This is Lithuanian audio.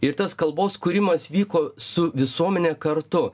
ir tas kalbos kūrimas vyko su visuomene kartu